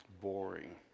Boring